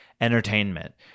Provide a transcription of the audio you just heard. entertainment